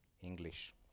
English